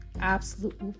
absolute